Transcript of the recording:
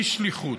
היא שליחות.